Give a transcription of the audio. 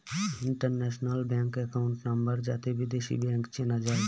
international bank account number যাতে বিদেশী bank চেনা যায়